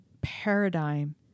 paradigm